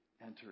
enter